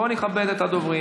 בואו נכבד את הדוברים.